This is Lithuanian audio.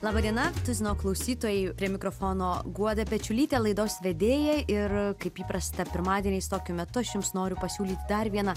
laba diena tuzino klausytojai prie mikrofono guoda pečiulytė laidos vedėja ir kaip įprasta pirmadieniais tokiu metu aš jums noriu pasiūlyti dar vieną